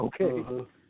Okay